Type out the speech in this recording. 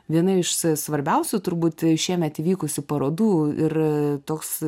viena iš svarbiausių turbūt šiemet įvykusių parodų ir toks